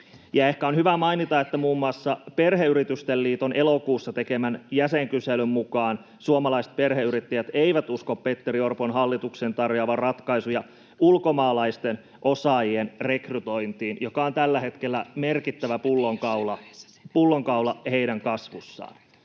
ehkä on hyvä mainita, että muun muassa Perheyritysten liiton elokuussa tekemän jäsenkyselyn mukaan suomalaiset perheyrittäjät eivät usko Petteri Orpon hallituksen tarjoavan ratkaisuja ulkomaalaisten osaajien rekrytointiin, joka on tällä hetkellä merkittävä pullonkaula heidän kasvussaan.